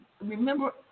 Remember